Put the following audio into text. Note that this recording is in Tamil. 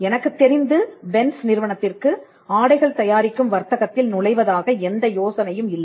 எனக்குத்தெரிந்து பென்ஸ் நிறுவனத்திற்கு ஆடைகள் தயாரிக்கும் வர்த்தகத்தில் நுழைவதாக எந்த யோசனையும் இல்லை